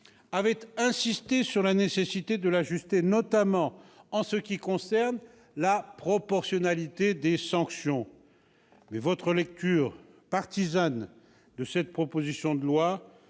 titre, insisté sur la nécessité de l'ajuster, notamment en matière de proportionnalité des sanctions. Cependant, votre lecture partisane de cette proposition de loi